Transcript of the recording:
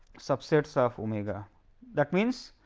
subsets of omega that means,